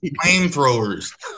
flamethrowers